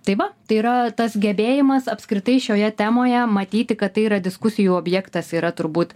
tai va tai yra tas gebėjimas apskritai šioje temoje matyti kad tai yra diskusijų objektas yra turbūt